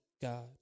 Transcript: God